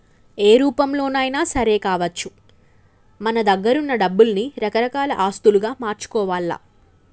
ఏ రూపంలోనైనా సరే కావచ్చు మన దగ్గరున్న డబ్బుల్ని రకరకాల ఆస్తులుగా మార్చుకోవాల్ల